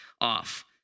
off